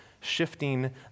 shifting